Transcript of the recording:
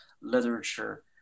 literature